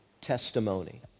testimony